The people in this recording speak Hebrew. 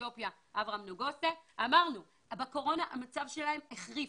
אתיופיה אברהם נגוסה ואמרנו שבקורונה המצב שלהם החריף.